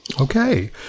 Okay